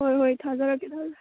ꯍꯣꯏ ꯍꯣꯏ ꯊꯥꯖꯔꯛꯀꯦ